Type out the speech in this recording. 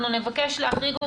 אנחנו נבקש להחריג אותם,